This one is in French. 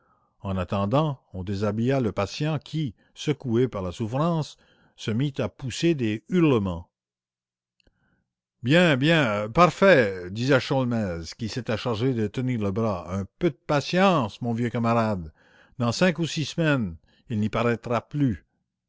en attendant on déshabilla le patient qui secoué par la souffrance se mit à pousser des hurlements bien bien parfait disait sholmès qui s'était chargé de tenir le bras un peu de patience mon vieux camarade dans cinq ou six semaines il n'y paraîtra plus